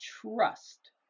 trust